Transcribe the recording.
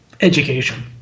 education